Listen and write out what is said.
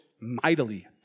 mightily